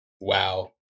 wow